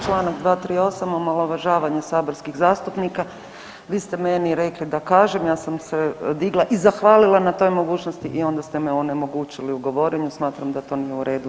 Članak 238., omalovažavanje saborskih zastupnika, vi ste meni rekli da kažem ja sam se digla i zahvalila na toj mogućnosti i onda ste me onemogućili u govorenju, smatram da to nije u redu.